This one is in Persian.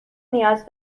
نیاز